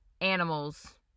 animals